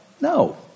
No